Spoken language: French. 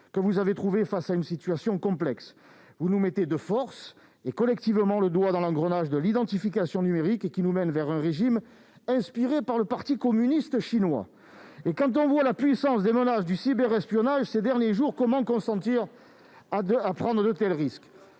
que vous avez trouvée face à une situation complexe. Vous nous mettez de force et collectivement le doigt dans l'engrenage de l'identification numérique, qui nous mène vers un régime inspiré par le Parti communiste chinois ! Quand on voit la puissance des menaces du cyberespionnage ces derniers jours, comment consentir à prendre de tels risques ?